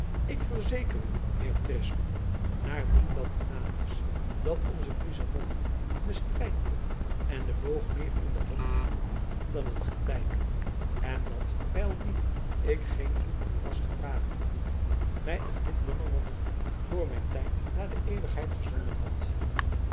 ik verzeker u heer van treslong naardien dat uw naam is dat onze friesche monniken de strijdkolf en den boog meer in de hand hebben dan het getijboek en dat bijaldien ik geen goed kuras gedragen had mij een lidlummer monnik voor mijn tijd naar de eeuwigheid gezonden had